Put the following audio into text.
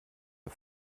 der